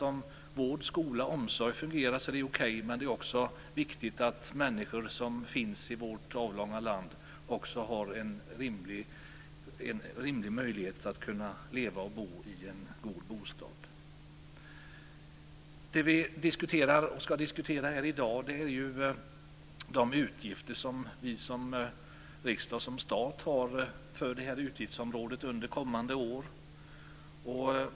Om vård, skola och omsorg fungerar är det okej, men det är också viktigt att människorna i vårt avlånga land har en rimlig möjlighet att leva och bo i en god bostad. Det vi ska diskutera i dag är de utgifter som vi som stat har för det här utgiftsområdet under kommande år.